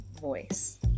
voice